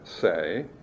say